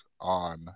on